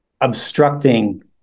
obstructing